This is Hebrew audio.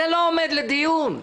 זה לא עומד לדיון.